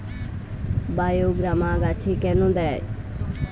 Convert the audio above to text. বায়োগ্রামা গাছে কেন দেয়?